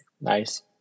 Nice